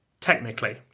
technically